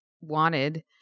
wanted